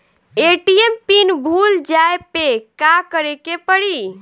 ATM pin भूल जाए पे का करे के पड़ी?